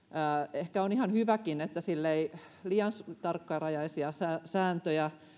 ehkä on ihan hyväkin että ei liian tarkkarajaisia sääntöjä